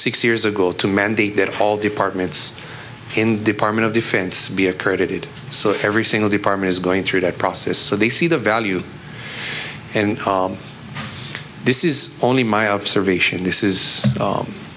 six years ago to mandate that all departments in department of defense be a created so every single department is going through that process so they see the value and this is only my observation this is